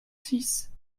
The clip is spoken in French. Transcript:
six